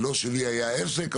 לא שלי היה עסק,